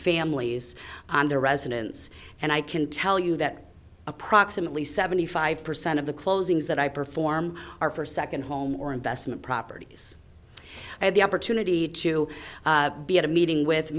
families on their residence and i can tell you that approximately seventy five percent of the closings that i perform are for second home or investment properties i had the opportunity to be at a meeting with